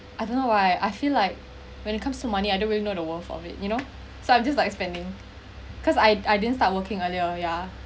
I don't know why I feel like when it comes to money I don't really know the wroth of it you know so I'm just like spending because I I didn't start working earlier yeah